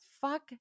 fuck